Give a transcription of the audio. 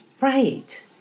Right